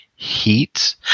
Heat